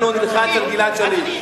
אנחנו נלחץ על גלעד שליט.